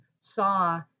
saw